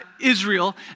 Israel